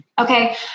Okay